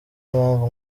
impamvu